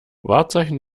wahrzeichen